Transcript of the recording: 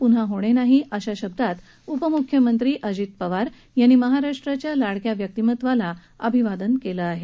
पुन्हा होणे नाही अशा शब्दात उपमुख्यमंत्री अजित पवार यांनी महाराष्ट्राच्या लाडक्या व्यक्तिमत्वाला विनम्र अभिवादन केले आहे